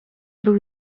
był